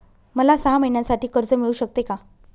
मला सहा महिन्यांसाठी कर्ज मिळू शकते का?